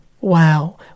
wow